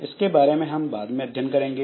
इसके बारे में हम बाद में अध्ययन करेंगे